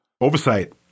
oversight